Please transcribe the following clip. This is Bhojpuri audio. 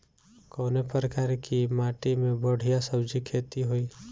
कवने प्रकार की माटी में बढ़िया सब्जी खेती हुई?